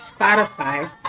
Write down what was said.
Spotify